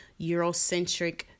Eurocentric